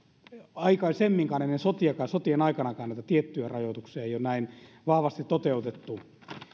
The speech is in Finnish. aikaisemminkaan ennen sotiakaan sotien aikanakaan näitä tiettyjä rajoituksia ole näin vahvasti toteutettu